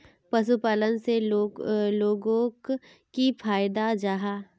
पशुपालन से लोगोक की फायदा जाहा?